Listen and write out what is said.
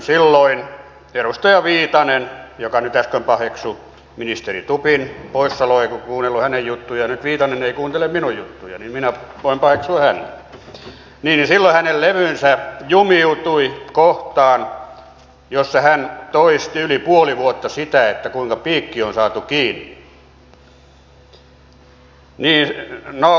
silloin edustaja viitasen joka äsken paheksui ministeri stubbin poissaoloa kun ei kuunnellut hänen juttujaan ja nyt viitanen ei kuuntele minun juttujani ja minä voin paheksua häntä levy jumiutui kohtaan jossa hän toisti yli puoli vuotta sitä kuinka piikki on saatu kiinni